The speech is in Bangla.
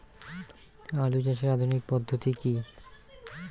আলু চাষের আধুনিক পদ্ধতি কি?